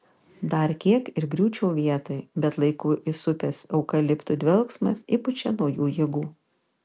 dar kiek ir griūčiau vietoj bet laiku įsupęs eukaliptų dvelksmas įpučia naujų jėgų